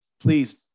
please